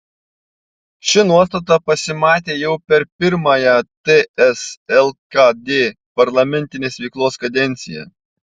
ši nuostata pasimatė jau per pirmąją ts lkd parlamentinės veiklos kadenciją